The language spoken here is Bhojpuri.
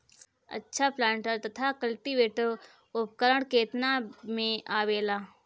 अच्छा प्लांटर तथा क्लटीवेटर उपकरण केतना में आवेला?